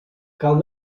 cal